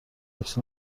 عکس